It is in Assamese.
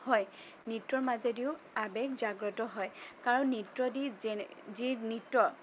হয় নৃত্যৰ মাজেদিও আৱেগ জাগ্ৰত হয় কাৰণ নৃত্য দি যি যে নৃত্য